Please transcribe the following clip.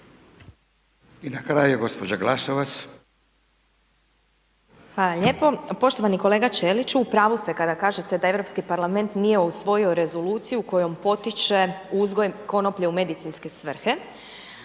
**Glasovac, Sabina (SDP)** Hvala lijepo. Poštovani kolega Ćeliću, u pravu ste kada kažete da Europski parlament nije usvojio rezoluciju kojom potiče uzgoj konoplje u medicinske svrhe,